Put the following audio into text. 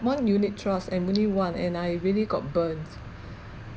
one unit trust and only one and I really got burnt